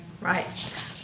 Right